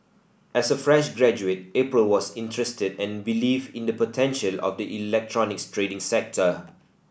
as a fresh graduate April was interested and believed in the potential of the electronics trading sector